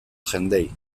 jendeei